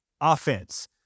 offense